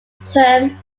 term